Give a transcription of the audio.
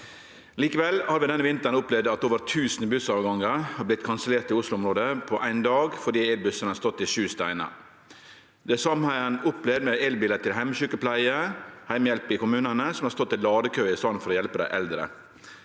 Likevel har vi denne vinteren opplevd at over 1 000 bussavgangar har blitt kansellert i Oslo-området på ein dag fordi elbussane har stått i sju steinar. Det same har ein opplevd med elbilar til heimesjukepleie og heimehjelp i kommunane, som har stått i ladekø i staden for å hjelpe dei